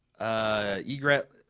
egret